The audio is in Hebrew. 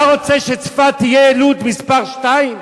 אתה רוצה שצפת תהיה לוד מספר שתיים?